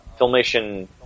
filmation